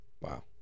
Wow